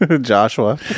Joshua